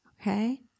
okay